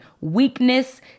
Weakness